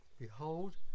Behold